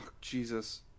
Jesus